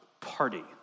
party